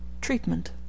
Treatment